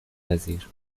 پذیر